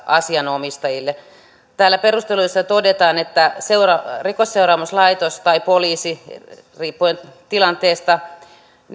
asianomistajille täällä perusteluissa todetaan että rikosseuraamuslaitos tai poliisi riippuen tilanteesta